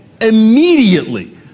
immediately